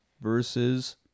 versus